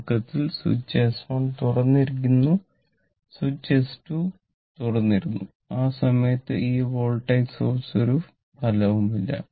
തുടക്കത്തിൽ switch s1 തുറന്നിരുന്നു switch s2 ഉം തുറന്നിരുന്നു ആ സമയത്ത് ഈ വോൾട്ടേജ് സോഴ്സ് ഒരു ഫലവുമില്ല